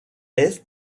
est